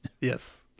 Yes